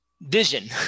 vision